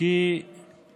כמו שצריך,